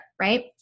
right